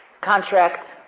contract